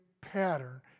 pattern